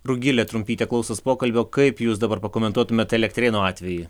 rugilė trumpytė klausos pokalbio kaip jūs dabar pakomentuotumėt elektrėnų atvejį